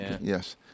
Yes